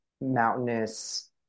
mountainous